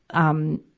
um,